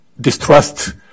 distrust